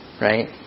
Right